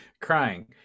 crying